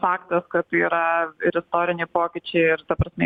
faktas kad yra ir istoriniai pokyčiai ir ta prasme